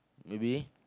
maybe